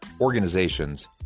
organizations